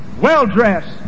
well-dressed